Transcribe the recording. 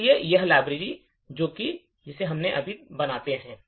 इसलिए यह वह लाइब्रेरी है जिसे हम बनाते हैं